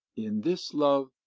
in this love,